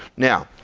now,